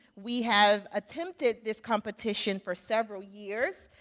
we have attempted this competition for several years,